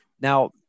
Now